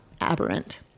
aberrant